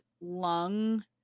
lung